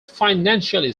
financially